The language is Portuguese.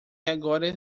agora